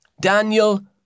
Daniel